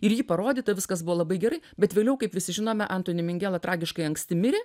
ir ji parodyta viskas buvo labai gerai bet vėliau kaip visi žinome antoni mingela tragiškai anksti mirė